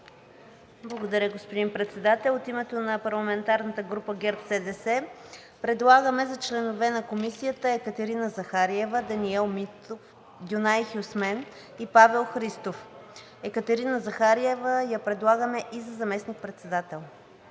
Благодаря, господин Председател. От името на парламентарната група на ГЕРБ-СДС предлагам за членове на Комисията: Екатерина Захариева, Даниел Митов, Гюнай Хюсмен и Павел Христов. Екатерина Захариева я предлагаме и за заместник-председател.